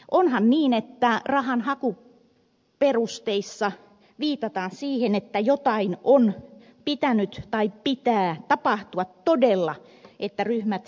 onhan niin että rahanhakuperusteissa viitataan siihen että jotain on pitänyt tai pitää tapahtua todella että ryhmät pienenevät